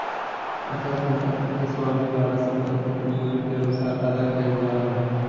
अचल संपत्ति के स्वामी द्वारा संपत्ति के मूल्य के अनुसार अदा कइल जा हइ